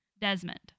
Desmond